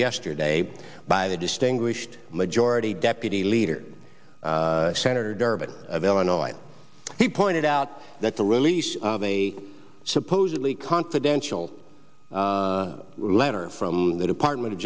yesterday by the distinguished majority deputy leader senator durbin of illinois and he pointed out that the release of a supposedly confidential letter from the department of